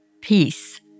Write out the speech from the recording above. peace